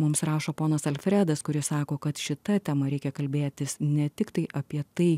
mums rašo ponas alfredas kuris sako kad šita tema reikia kalbėtis ne tiktai apie tai